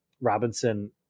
Robinson